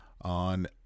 on